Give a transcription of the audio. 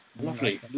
Lovely